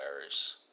errors